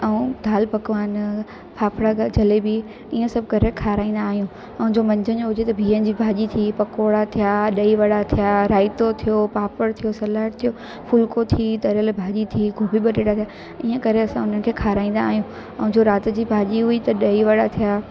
ऐं दाल पकवान फाफड़ा ग जलेबी ईअं सभु करे खाराईंदा आहियूं ऐं जो मंझंदि जो हुजे त बिहनि जी भाॼी थी पकौड़ा थिया दही वडा थिया रायतो थियो पापड़ थियो सलाड थियो फुलिको थी तरियल भाॼी थी गोभी बटेटा थिया ईअं करे असां हुननि खे खाराईंदा आहियूं ऐं जो राति जी भाॼी हुई त ॾही वडा थिया